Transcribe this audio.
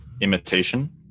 Imitation